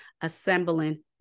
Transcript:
assembling